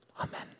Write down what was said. Amen